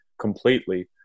completely